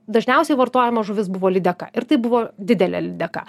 dažniausiai vartojama žuvis buvo lydeka ir tai buvo didelė lydeka